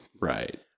Right